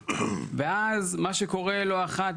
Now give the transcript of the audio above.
ואז מה שקורה לא אחת,